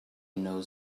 knows